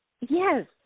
Yes